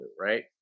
right